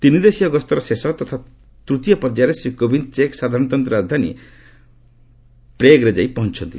ତିନି ଦେଶୀୟ ଗସ୍ତର ଶେଷ ତଥା ତୂତୀୟ ପର୍ଯ୍ୟାୟରେ ଶ୍ରୀ କୋବିନ୍ଦ ଚେକ୍ ସାଧାରଣତନ୍ତ୍ର ରାଜଧାନୀ ପ୍ରେଗ୍ରେ ଯାଇ ପହଞ୍ଚିଛନ୍ତି